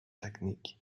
technique